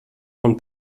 von